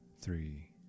three